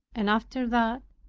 and after that,